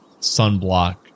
sunblock